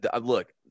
Look